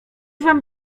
wam